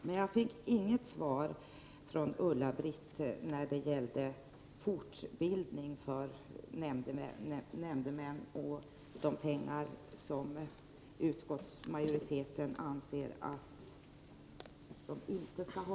Men jag fick inget svar från Ulla-Britt Åbark när det gällde fortbildning för nämndemän och de pengar som utskottet anser att de inte skall ha.